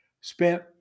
spent